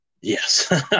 Yes